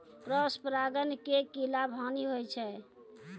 Cross परागण के की लाभ, हानि होय छै?